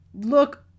look